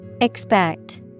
Expect